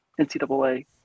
NCAA